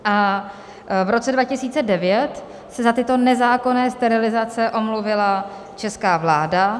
V roce 2009 se za tyto nezákonné sterilizace omluvila česká vláda.